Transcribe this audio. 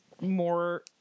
more